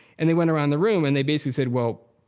and they went around the room, and they basically said, well,